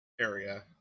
area